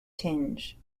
tinge